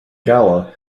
gala